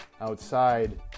outside